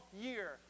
year